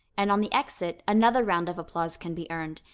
and on the exit another round of applause can be earned,